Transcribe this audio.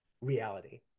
reality